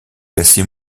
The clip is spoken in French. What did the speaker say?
classé